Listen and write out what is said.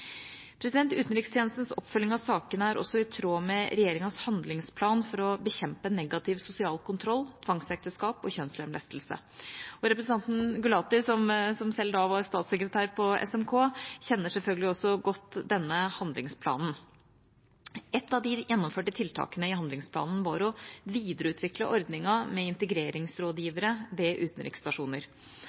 utlandet. Utenrikstjenestens oppfølging av sakene er også i tråd med regjeringas handlingsplan for å bekjempe negativ sosial kontroll, tvangsekteskap og kjønnslemlestelse. Representanten Gulati, som selv da var statssekretær på SMK, kjenner selvfølgelig også godt denne handlingsplanen. Et av de gjennomførte tiltakene i handlingsplanen var å videreutvikle ordningen med integreringsrådgivere ved utenriksstasjoner.